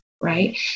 right